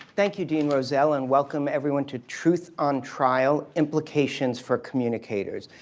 thank you, dean rozell. and welcome everyone to truth on trial implications for communicators.